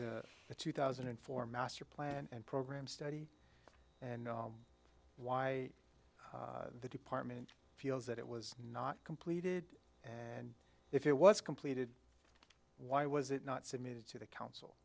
the two thousand and four master plan and program study and why the department feels that it was not completed and if it was completed why was it not submitted to the council